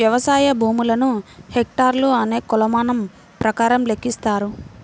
వ్యవసాయ భూములను హెక్టార్లు అనే కొలమానం ప్రకారం లెక్కిస్తారు